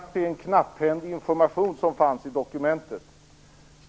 Herr talman! Det kanske var en knapphändig information som fanns i dokumentet.